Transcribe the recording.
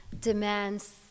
demands